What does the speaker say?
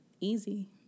easy